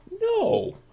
No